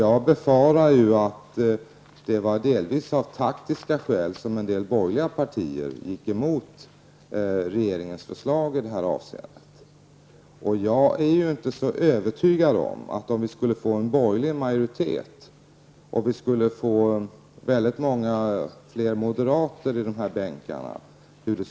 Jag befarar att det delvis var av taktiska skäl som en del borgerliga partier gick emot regeringens förslag i det avseendet. Jag undrar hur det skulle gå med strejkrätten om vi fick en borgerlig majoritet och väldigt många fler moderater i de här bänkarna.